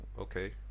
okay